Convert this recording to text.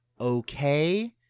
okay